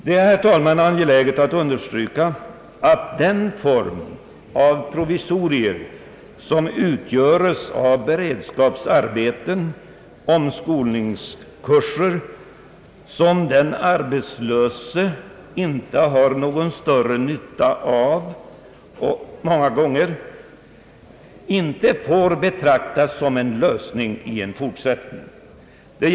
Det är, herr talman, angeläget att understryka att den form av provisorier, som utgörs av beredskapsarbeten och omskolningskurser, som den arbetslöse många gånger inte har någon större nytta av, inte får betraktas som en lösning i fortsättningen.